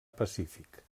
pacífic